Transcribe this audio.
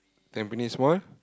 Tampines-One